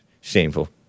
Shameful